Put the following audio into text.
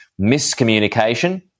miscommunication